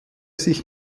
sich